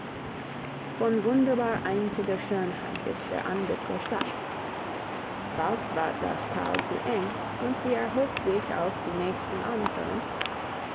von wunderbar einziger schönheit ist der anblick der stadt bald ward das tal zu eng und sie erhob sich auf die nächsten anhöhen